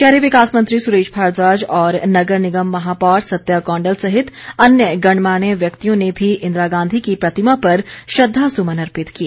शहरी विकास मंत्री सुरेश भारद्वाज और नगर निगम महापौर सत्या कौंडल सहित अन्य गणमान्य व्यक्तियों ने भी इंदिरा गांधी की प्रतिमा पर श्रद्धासुमन अर्पित किए